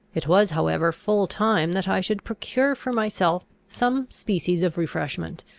it was however full time that i should procure for myself some species of refreshment,